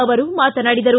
ಅವರು ಮಾತನಾಡಿದರು